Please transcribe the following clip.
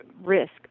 risk